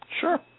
Sure